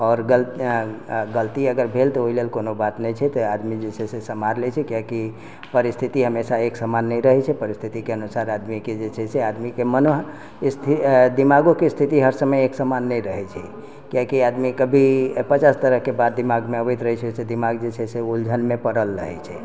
आओर गलती अगर भेल तऽ ओहि लए कोनो बात नहि छै तऽ आदमी जे छै से सम्हारि लै छै किआकि परिस्थिति हमेशा एक समान नहि रहैत छै परिस्थितिके अनुसार आदमीके जे छै से आदमीके मनः स्थिति दिमागोके स्थिति हर समय एक सामान नहि रहैत छै किआकी आदमी कभी पचास तरहके बात दिमागमे अबैत रहैत छै ओहिसँ दिमाग जे छै से उलझनमे पड़ल रहैत छै